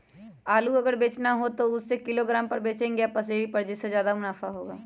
आलू अगर बेचना हो तो हम उससे किलोग्राम पर बचेंगे या पसेरी पर जिससे ज्यादा मुनाफा होगा?